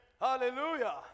Hallelujah